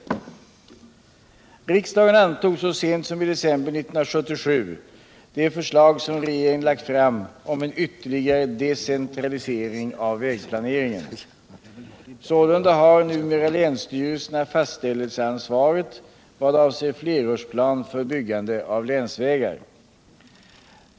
Riksdagen antog så sent som i december 1977 de förstag som regeringen lagt fram om en ytterligare decentralisering av vägplaneringen. Sålunda har numera länsstyrelserna fastställelseansvaret i vad avser flerårsplan för byggande av länsvägar.